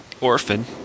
Orphan